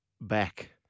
back